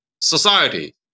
society